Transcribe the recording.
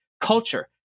culture